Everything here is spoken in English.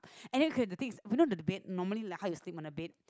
and then okay the thing is you know the bed normally like how you sleep on the bed